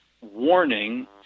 warning